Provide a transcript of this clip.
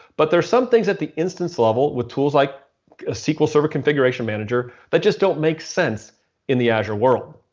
but there are some things at the instance level with tools like ah sql server configuration manager that just don't make sense in the azure world.